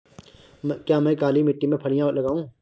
क्या मैं काली मिट्टी में फलियां लगाऊँ?